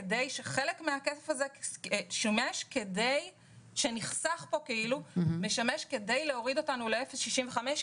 חלק מן הכסף הזה שנחסך פה משמש כדי להוריד אותנו ל-0.65%,